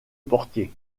portier